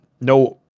No